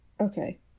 Okay